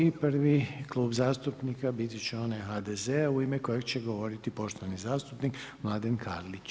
I prvi Klub zastupnika bit će onaj HDZ-a u ime kojeg će govoriti poštovani zastupnik Mladen Karlić.